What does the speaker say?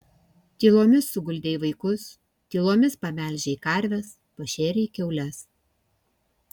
tylomis suguldei vaikus tylomis pamelžei karves pašėrei kiaules